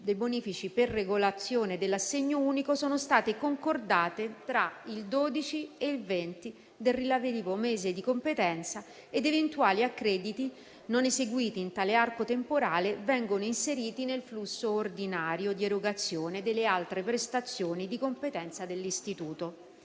dei bonifici per la regolazione dell'assegno unico sono state concordate tra il 12 e il 20 del relativo mese di competenza ed eventuali accrediti non eseguiti in tale arco temporale vengono inseriti nel flusso ordinario di erogazione delle altre prestazioni di competenza dell'Istituto.